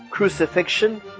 Crucifixion